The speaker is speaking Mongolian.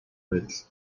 байдал